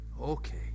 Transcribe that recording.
Okay